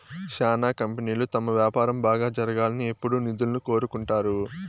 శ్యానా కంపెనీలు తమ వ్యాపారం బాగా జరగాలని ఎప్పుడూ నిధులను కోరుకుంటారు